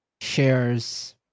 shares